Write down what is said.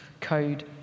Code